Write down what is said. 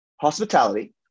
Hospitality